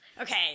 Okay